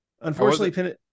Unfortunately